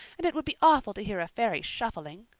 and it would be awful to hear a fairy shuffling.